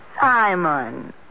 Simon